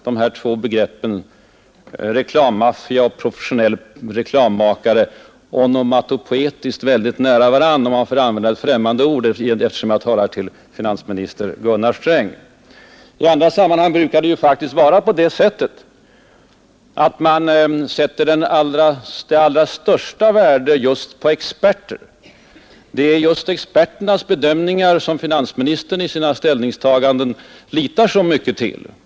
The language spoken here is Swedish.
De här två begreppen, ”reklammaffia” och ”professionell reklammakare”, ligger ju onomatopoetiskt väldigt nära varandra — om jag får använda främmande ord, och det får jag väl eftersom jag talar till I andra sammanhang brukar man faktiskt sätta det allra största värde just på experter. Det är ju experternas bedömningar som finansministern i sina ställningstaganden eljest litar så mycket på.